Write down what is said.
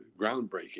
groundbreaking